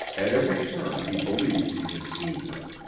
at every turn he believed he had seen her.